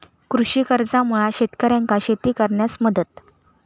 कृषी कर्जामुळा शेतकऱ्यांका शेती करण्यास मदत